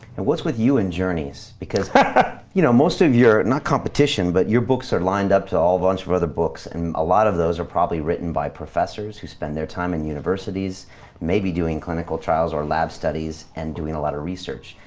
and what's with you and journeys because you know most of your, not competition, but your books are lined up to a whole bunch of other books and a lot of those are probably written by professors who spend their time in universities maybe doing clinical trials or lab studies and doing a lot of research.